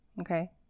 Okay